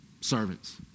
servants